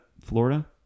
Florida